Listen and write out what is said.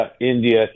India